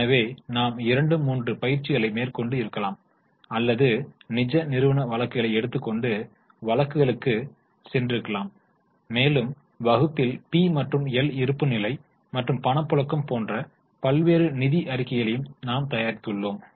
எனவே நாம் 2 3 பயிற்சிகளை மேற்கொண்டு இருக்கலாம் அல்லது நிஜ நிறுவன வழக்குகளை எடுத்துக் கொண்டு வழக்குகளுக்கு சென்றிருக்கலாம் மேலும் வகுப்பில் பி மற்றும் எல் இருப்புநிலை மற்றும் பணப்புழக்கம் போன்ற பல்வேறு நிதி அறிக்கைகளை நாம் தயாரித்துள்ளோம்